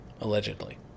Allegedly